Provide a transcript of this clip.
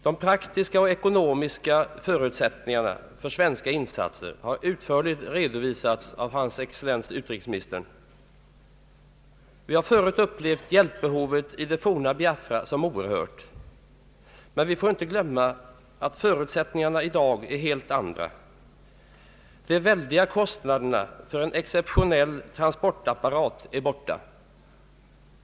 De praktiska och ekonomiska förutsättningarna för svenska insatser har utförligt redovisats av hans excellens utrikesministern. Vi har förut upplevt hjälpbehovet i det forna Biafra som oerhört. Men vi får inte glömma att förutsättningarna i dag är helt andra. De väldiga kostnaderna för en exceptionell transportapparat är borta.